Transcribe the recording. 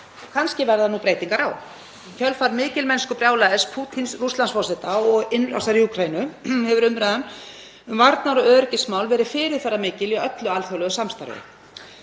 Kannski verða breytingar á. Í kjölfar mikilmennskubrjálæðis Pútíns Rússlandsforseta og innrásar í Úkraínu hefur umræðan um varnar- og öryggismál verið fyrirferðarmikil í öllu alþjóðlegu samstarfi.